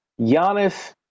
Giannis